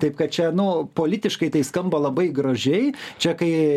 taip kad čia nu politiškai tai skamba labai gražiai čekai